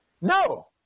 No